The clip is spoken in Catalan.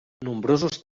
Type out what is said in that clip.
nombrosos